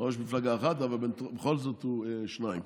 ראש מפלגה אחת, אבל בכל זאת הוא שניים.